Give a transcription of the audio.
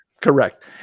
correct